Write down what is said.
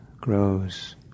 grows